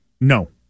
No